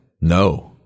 No